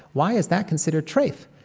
why is that considered treyf?